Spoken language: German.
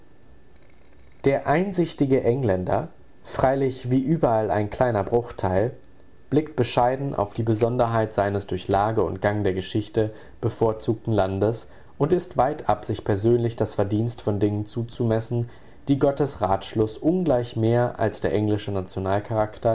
der einsichtige engländer freilich wie überall ein kleiner bruchteil blickt bescheiden auf die besonderheit seines durch lage und gang der geschichte bevorzugten landes und ist weitab sich persönlich das verdienst von dingen zuzumessen die gottes ratschluß ungleich mehr als der englische